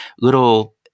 little